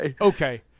Okay